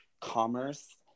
commerce